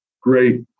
great